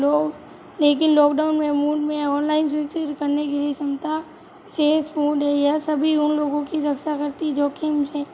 लोग लेकिन लॉकडाउन में मूड में ऑनलाइन सूचित करने के लिए क्षमता से स्कूल है यह सभी उन लोगों की रक्षा करती जोखिम से